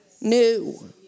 New